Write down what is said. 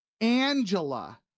Angela